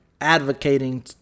advocating